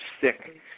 sick